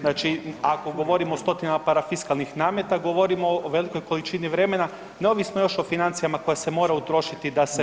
Znači, ako govorimo o stotinama parafiskalnih nameta govorimo o velikoj količini vremena neovisno još o financijama koje se mora utrošiti da se na to rješava.